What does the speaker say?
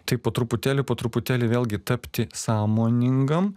tai po truputėlį po truputėlį vėlgi tapti sąmoningam